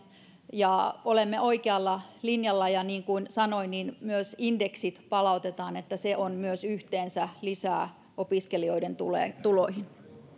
ja olemme oikealla linjalla ja niin kuin sanoin myös indeksit palautetaan eli se on myös yhteensä lisää opiskelijoiden tuloihin